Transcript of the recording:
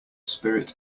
spirit